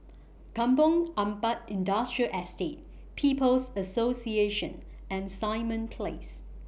Kampong Ampat Industrial Estate People's Association and Simon Place